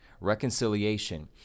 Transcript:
reconciliation